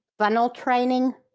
funnel training,